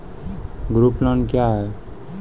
Group loan क्या है?